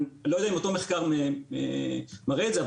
אני לא יודע אם אותו מחקר מראה את זה,